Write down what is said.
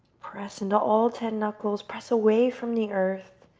press into all ten knuckles, press away from the earth,